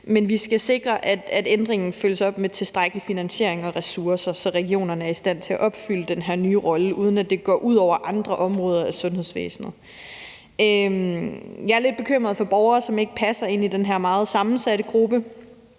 men vi skal sikre, at ændringen følges op med tilstrækkelig finansiering og ressourcer, så regionerne er i stand til at opfylde den her nye rolle, uden at det går ud over andre områder af sundhedsvæsenet. Jeg er lidt bekymret for borgere, som ikke passer ind i den her meget sammensatte gruppe,